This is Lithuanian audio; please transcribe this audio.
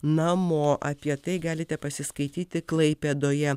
namo apie tai galite pasiskaityti klaipėdoje